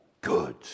good